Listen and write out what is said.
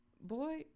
Boy